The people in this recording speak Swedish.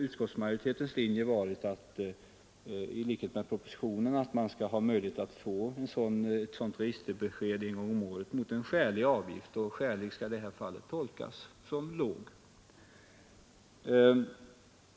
Utskottsmajoritetens linje har varit — i likhet med propositionens — att man skall ha möjlighet att få ett sådant registerbesked en gång om året mot en skälig avgift, och skälig skall i det här fallet tolkas som låg.